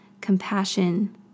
compassion